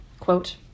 Quote